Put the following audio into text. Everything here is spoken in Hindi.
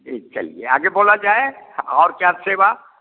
ठीक चलिए आगे बोला जाए और क्या सेवा